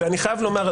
ואני חייב לומר,